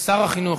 לשר החינוך,